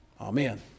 Amen